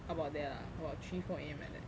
about there lah about three four A_M like that